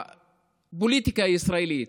הפוליטיקה הישראלית,